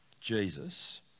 Jesus